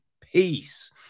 peace